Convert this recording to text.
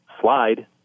slide